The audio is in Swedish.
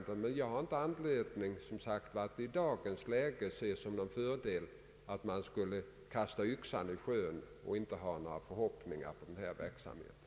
Jag har som sagt inte anledning att i dagens läge se någon fördel i att kasta yxan i sjön och inte hysa några förhoppningar om den här verksamheten.